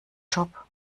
job